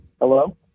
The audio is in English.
Hello